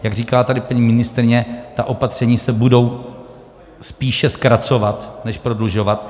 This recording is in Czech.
Jak říkala tady paní ministryně, ta opatření se budou spíše zkracovat než prodlužovat.